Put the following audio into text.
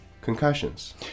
concussions